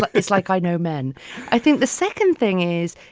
but it's like i know men i think the second thing is,